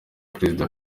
perezida